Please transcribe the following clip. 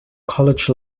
college